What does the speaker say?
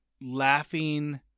laughing